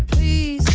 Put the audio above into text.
the